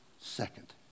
second